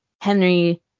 Henry